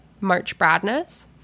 marchbradness